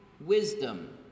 wisdom